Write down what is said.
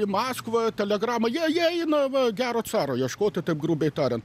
į maskvą telegramą jie jie eina va gero caro ieškoti taip grubiai tariant